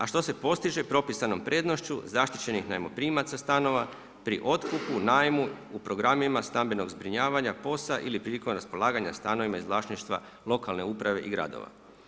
A što se postiže propisanom prednošću zaštićenih najmoprimaca stanova, pri otkupu, najmu, u programima stambenog zbrinjavanja, POS-a ili prilikom raspolaganja stanovima iz vlasništva lokalne uprave i gradove.